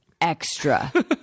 extra